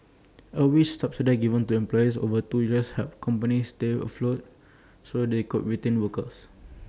A wage subsidy given to employers over two years help companies stay afloat so they could retain workers